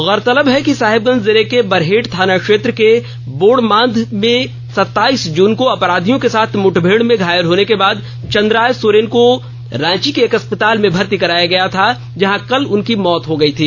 गौरतलब है कि साहेबगंज जिले के बरहेट थाना क्षेत्र के बोड़ बांध में सत्ताईस जून को अपराधियों के साथ मुठभेड़ में घायल होने के बाद चंद्राय सोरेन को रांची के एक अस्पताल में भर्ती कराया गया था जहां कल उनकी मौत हो गई हो गई थी